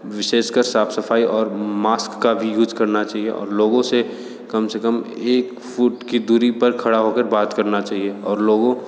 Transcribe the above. विशेष कर साफ सफाई और मास्क का भी यूज करना चाहिए और लोगों से कम से कम एक फुट की दूरी पर खड़ा होकर बात करना चाहिए और लोगों